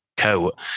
coat